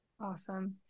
Awesome